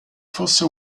fosse